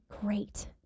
great